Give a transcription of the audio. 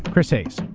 chris hayes.